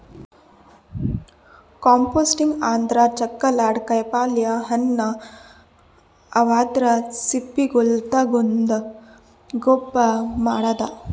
composting ಅಂದ್ರ ಬೇಕಾಗಲಾರ್ದ್ ಕಾಯಿಪಲ್ಯ ಹಣ್ಣ್ ಅವದ್ರ್ ಸಿಪ್ಪಿಗೊಳ್ ತಗೊಂಡ್ ಗೊಬ್ಬರ್ ಮಾಡದ್